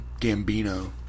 Gambino